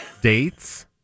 Dates